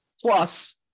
Plus